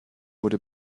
wurde